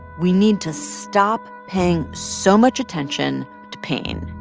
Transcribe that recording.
we need to stop paying so much attention to pain,